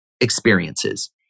experiences